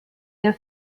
der